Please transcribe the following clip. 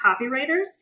copywriters